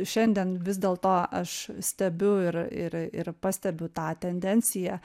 šiandien vis dėlto aš stebiu ir ir ir pastebiu tą tendenciją